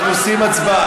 אנחנו נצביע.